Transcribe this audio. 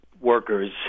workers